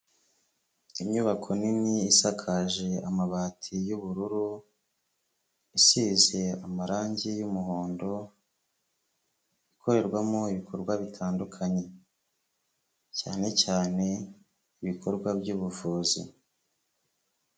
Inyubako nini isakaje amabati y'ubururu, isize amarangi y'umuhondo. Ikorerwamo ibikorwa bitandukanye cyane cyane ibikorwa by'ubuvuzi.